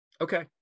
okay